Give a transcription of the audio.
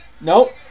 Nope